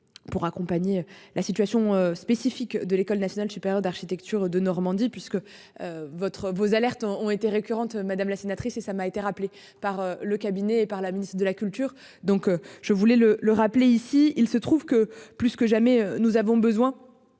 Pour accompagner la situation spécifique de l'École nationale supérieure d'architecture de Normandie puisque. Votre vos alertes ont été récurrentes madame là. Sénatrice et ça m'a été rappelé par le cabinet et par la ministre de la culture, donc je voulais le le rappeler ici, il se trouve que plus que jamais, nous avons besoin.